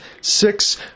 six